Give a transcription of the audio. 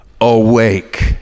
awake